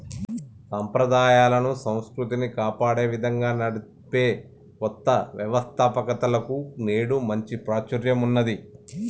సంప్రదాయాలను, సంస్కృతిని కాపాడే విధంగా నడిపే కొత్త వ్యవస్తాపకతలకు నేడు మంచి ప్రాచుర్యం ఉన్నది